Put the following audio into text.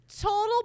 total